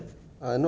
okay